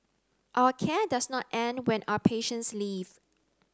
our care does not end when our patients leave